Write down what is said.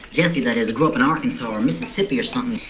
jesse that is grew up in arkansas, or mississippi, or something.